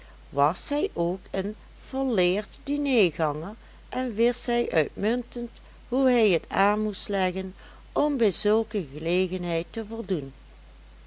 was hij ook een volleerd dinerganger en wist hij uitmuntend hoe hij het aan moest leggen om bij zulke gelegenheid te voldoen